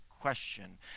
question